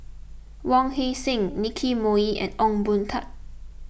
Wong Heck Sing Nicky Moey and Ong Boon Tat